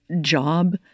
job